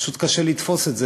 פשוט קשה לתפוס את זה,